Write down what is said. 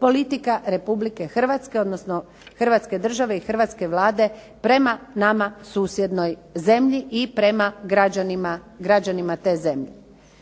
politika RH, odnosno Hrvatske države i hrvatske Vlade prema nama susjednoj zemlji i prema građanima te zemlje.